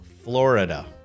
Florida